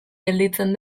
gelditzen